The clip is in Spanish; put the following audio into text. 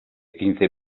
quince